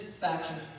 factions